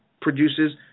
produces